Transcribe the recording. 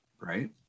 right